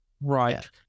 right